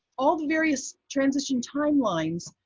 all the various transition timelines,